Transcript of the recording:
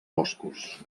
boscos